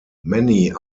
many